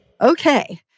Okay